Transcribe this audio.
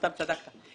סתם, צדקת.